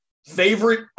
Favorite